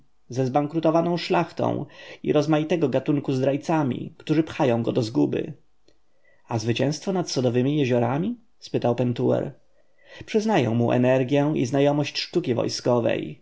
ze zbankrutowaną szlachtą i rozmaitego gatunku zdrajcami którzy pchają go do zguby a zwycięstwo nad sodowemi jeziorami spytał pentuer przyznaję mu energję i znajomość sztuki wojskowej